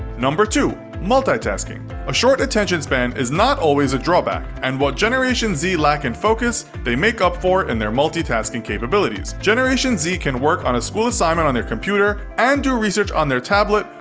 two. multi-tasking a short attention span is not always a drawback, and what generation z lack in focus, they make up for in their multi-tasking capabilities. generation z can work on a school assignment on their computer, and do research on their tablet,